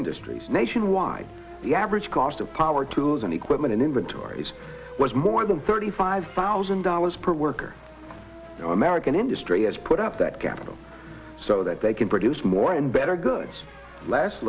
industries nationwide the average cost of power tools and equipment inventories was more than thirty five thousand dollars per worker american industry has put up that capital so that they can produce more and better goods l